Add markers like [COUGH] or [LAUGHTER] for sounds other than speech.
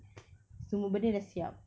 [NOISE] semua benda dah siap